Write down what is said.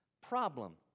Problem